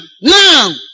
now